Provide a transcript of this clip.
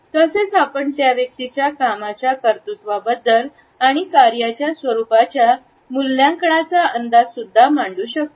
तसेच आपण त्या व्यक्तीचा कामाच्या कर्तुत्व बद्दल आणि कार्याच्या स्वरूपाचे मूल्यांकनाच्या अंदाज मांडू शकतो